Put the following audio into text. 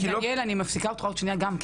דניאל, אני מפסיקה אותך עוד שנייה גם.